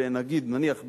נניח,